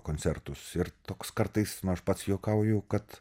koncertus ir toks kartais nu aš pats juokauju kad